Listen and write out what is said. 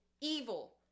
evil